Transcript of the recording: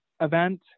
event